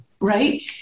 right